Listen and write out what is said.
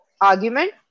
argument